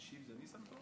המשיב זה ניסנקורן?